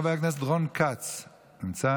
חבר הכנסת רון כץ נמצא?